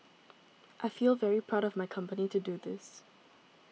I feel very proud of my company to do this